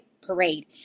parade